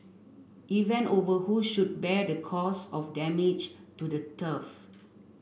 event over who should bear the cost of damage to the turf